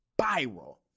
spiral